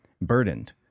burdened